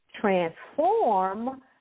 transform